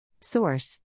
Source